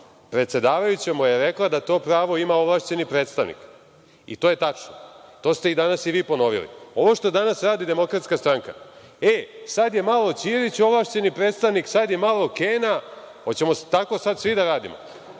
Predsedavajuća mu je rekla da to pravo ima ovlašćeni predstavnik, i to je tačno, i to ste danas i vi ponovili. Ovo što danas radi DS – e, sada je malo Ćirić ovlašćeni predstavnik, sada je malo Kena. Hoćemo li sada svi tako da radimo?